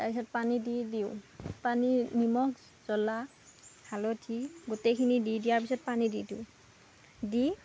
তাৰ পিছত পানী দি দিওঁ পানী নিমখ জলা হালধি গোটেইখিনি দি দিয়াৰ পিছত পানী দি দিওঁ দি